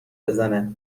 بزنه